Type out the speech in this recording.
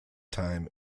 time